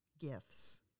gifts